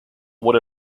what